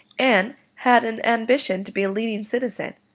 and had an ambition to be a leading citizen.